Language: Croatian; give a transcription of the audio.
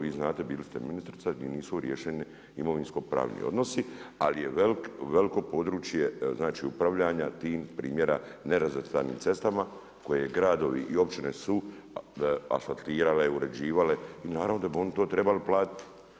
Vi znate bili ste ministrica gdje nisu riješeni imovinskopravni odnosi ali je veliko područje upravljanja tim primjera nerazvrstanim cestama koje gradovi i općine asfaltirale, uređivale i naravno da bi oni to trebali platiti.